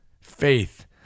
Faith